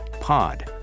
POD